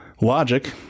logic